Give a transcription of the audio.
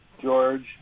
George